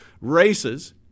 races